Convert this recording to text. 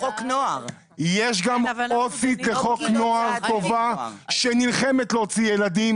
יש גם עו"סית לחוק נוער טובה שנלחמת להוציא ילדים